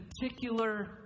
particular